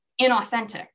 inauthentic